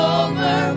over